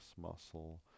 muscle